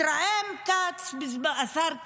התרעם השר כץ,